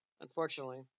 unfortunately